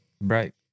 right